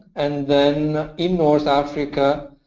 and then in north africa,